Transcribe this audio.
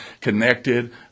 connected